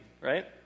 right